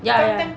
ya ya